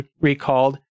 recalled